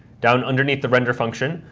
down underneath the render function,